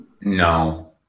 No